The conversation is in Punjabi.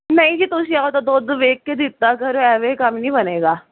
ਨਹੀਂ ਜੀ ਤੁਸੀਂ ਆਪਣਾ ਦੁੱਧ ਵੇਖ ਕੇ ਦਿੱਤਾ ਕਰੋ ਐਵੇਂ ਕੰਮ ਨਹੀਂ ਬਣੇਗਾ